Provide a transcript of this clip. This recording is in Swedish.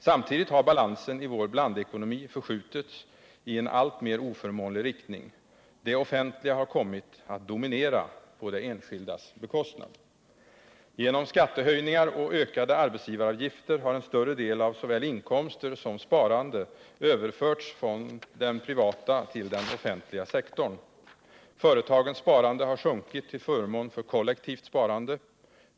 Samtidigt har balansen i vår blandekonomi förskjutits i en alltmer oförmånlig riktning. Det offentliga har kommit att dominera på det enskildas bekostnad. Genom skattehöjningar och ökade arbetsgivaravgifter har en större del av såväl inkomster som sparande överförts från den privata till den offentliga sektorn. Företagens sparande har sjunkit till förmån för kollektivt sparande.